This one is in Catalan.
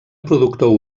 productor